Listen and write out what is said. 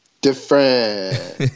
Different